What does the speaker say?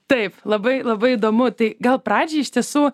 taip labai labai įdomu tai gal pradžiai iš tiesų